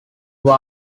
war